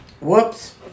Whoops